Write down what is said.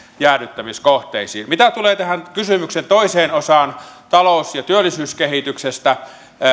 jäädyttämiskohteisiin mitä tulee tähän kysymyksen toiseen osaan talous ja työllisyyskehityksestä